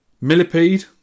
Millipede